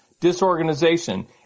disorganization